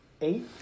Eight